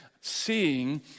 seeing